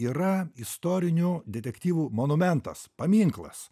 yra istorinių detektyvų monumentas paminklas